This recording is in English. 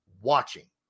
watching